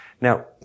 Now